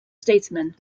statesman